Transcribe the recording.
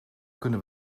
kunnen